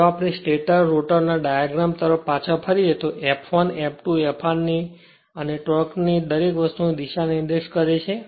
જો આપણે stator rotor ના ડાયગ્રામ તરફ પાછા ફરીએ તો f 1 f 2 f r અને ટોર્ક ની દરેક વસ્તુની દિશા નિર્દેશ કરે છે